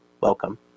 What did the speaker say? Welcome